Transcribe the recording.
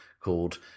called